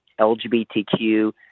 LGBTQ